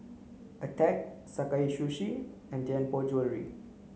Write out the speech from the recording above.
Attack Sakae Sushi and Tianpo Jewellery